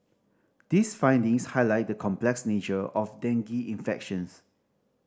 these findings highlight the complex nature of dengue infections